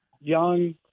young